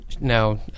no